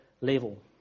level